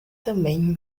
também